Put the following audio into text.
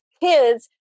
kids